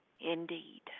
indeed